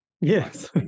Yes